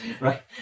right